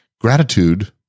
gratitude